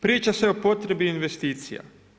Priča se o potrebi investicija.